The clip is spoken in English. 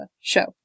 Show